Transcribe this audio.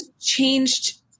changed